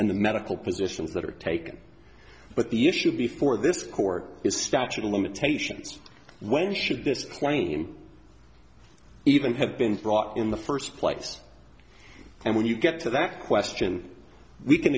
and the medical positions that are taken but the issue before this court is statute of limitations when should this plane even have been brought in the first place and when you get to that question we can